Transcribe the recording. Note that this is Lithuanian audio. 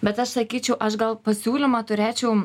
bet aš sakyčiau aš gal pasiūlymą turėčiau